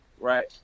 Right